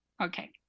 Okay